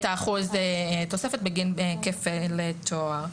האחוז תוספת בגין כפל תואר.